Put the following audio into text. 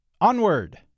Onward